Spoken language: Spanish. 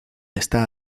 está